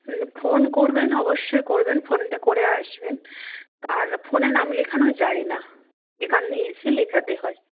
হুম phone করবেন অবশ্যই করবেন ফোনটা করে আসবেন আর ফোনে নাম লেখানো যায় না এখানে এসে লেখাতে হয়